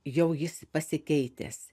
jau jis pasikeitęs